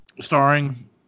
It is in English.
starring